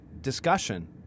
discussion